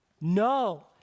No